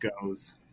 goes